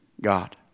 God